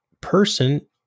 person